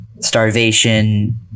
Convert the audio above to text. starvation